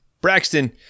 Braxton